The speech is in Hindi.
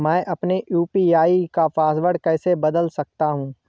मैं अपने यू.पी.आई का पासवर्ड कैसे बदल सकता हूँ?